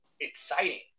exciting